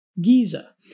Giza